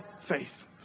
faith